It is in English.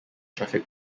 traffic